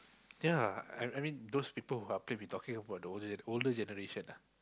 ya I I mean those people who are play we talking about the older older generation ah